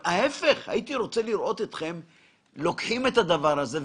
הייתי רוצה לראות אתכם לוקחים את הדבר הזה,